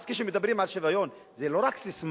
אז כשמדברים על שוויון זה לא רק ססמה,